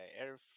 air